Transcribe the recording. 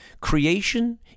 creation